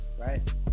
right